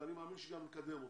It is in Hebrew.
ואני מאמין שגם נקדם אותם.